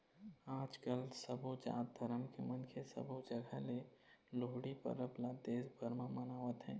आजकाल सबो जात धरम के मनखे सबो जघा हे त लोहड़ी परब ल देश भर म मनावत हे